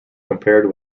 compared